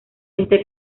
este